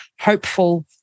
hopeful